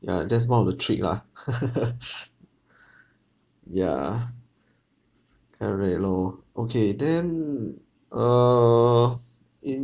ya that's one of the trick lah yeah correct loh okay then uh in